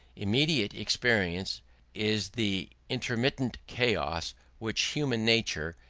immediate experience is the intermittent chaos which human nature,